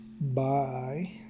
Bye